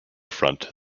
front